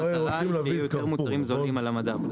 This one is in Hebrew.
המטרה היא שיהיו יותר מוצרים זולים על המדף.